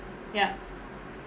ya